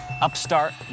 upstart